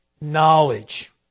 knowledge